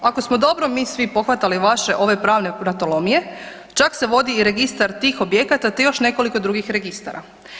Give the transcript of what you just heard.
Ako smo dobro mi svi pohvatali vaše ove pravne vratolomije, čak se vodi i registar tih objekata te još nekoliko drugih registara.